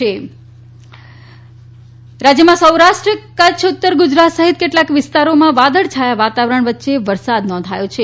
હવામાન રાજ્યમાં સૌરાષ્ટ્ર કચ્છ ઉત્તર ગુજરાત સહિત કેટલાંક વિસ્તારોમાં વાદળછાયા વાતાવરણ વચ્ચે વરસાદ નોંધાયો છે